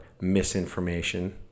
misinformation